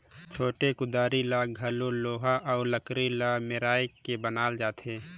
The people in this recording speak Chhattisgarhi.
छोटे कुदारी ल घलो लोहा अउ लकरी ल मेराए के बनाल जाथे